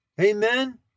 Amen